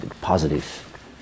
positive